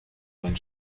mein